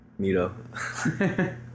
Neato